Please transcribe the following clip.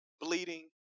bleeding